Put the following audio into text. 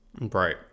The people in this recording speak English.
Right